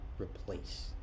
replace